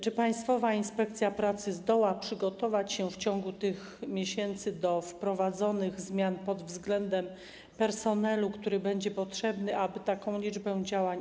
Czy Państwowa Inspekcja Pracy zdoła się przygotować w ciągu tych miesięcy do wprowadzonych zmian pod względem personelu, który będzie potrzebny, aby obsłużyć taką ilość działań?